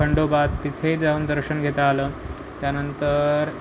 खंडोबा तिथे जाऊन दर्शन घेता आलं त्यानंतर